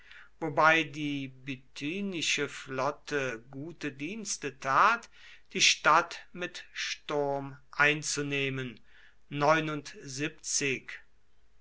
wobei die bithynische flotte gute dienste tat die stadt mit sturm einzunehmen